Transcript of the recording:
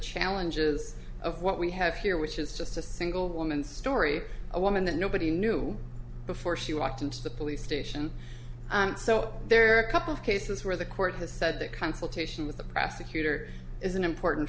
challenges of what we have here which is just a single woman story a woman that nobody knew before she walked into the police station and so there are a couple of cases where the court has said that consultation with the prosecutor is an important